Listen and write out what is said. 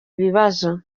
bibazo